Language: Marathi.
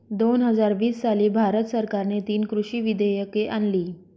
दोन हजार वीस साली भारत सरकारने तीन कृषी विधेयके आणली